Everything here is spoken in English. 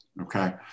Okay